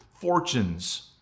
fortunes